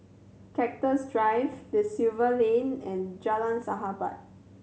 Cactus Drive Da Silva Lane and Jalan Sahabat